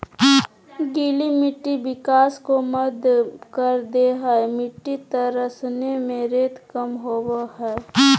गीली मिट्टी विकास को मंद कर दे हइ मिटटी तरसने में रेत कम होबो हइ